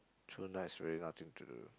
two nights really nothing to do